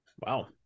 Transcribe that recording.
Wow